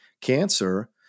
cancer